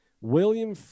william